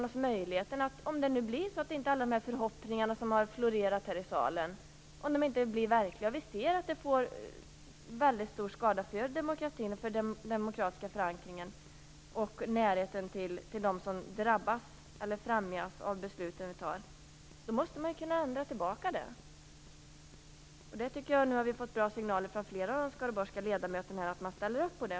Om nu inte alla förhoppningarna här i salen blir verkliga, och vi ser att det blir en stor skada på den demokratiska förankringen och närheten till dem som drabbas eller främjas av de beslut som fattas, måste man ju kunna ändra tillbaka. Nu har vi fått signaler från flera av de skaraborgska ledamöterna att de ställer upp på något sådant.